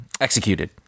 executed